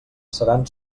seran